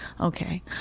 Okay